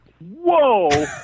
Whoa